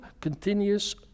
continuous